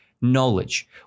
knowledge